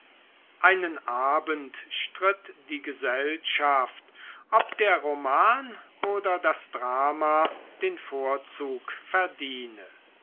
einen abend stritt die gesellschaft ob der roman oder das drama den vorzug verdiene